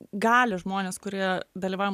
gali žmonės kurie dalyvauja